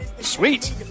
Sweet